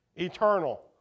eternal